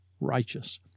righteous